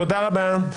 תודה רבה.